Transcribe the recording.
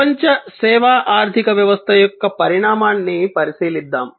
ప్రపంచ సేవా ఆర్థిక వ్యవస్థ యొక్క పరిణామాన్ని పరిశీలిద్దాము